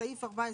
סעיף 14